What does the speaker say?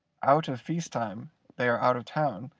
out of feast-time they are out of town,